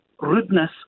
rudeness